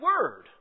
word